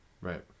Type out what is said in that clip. Right